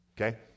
Okay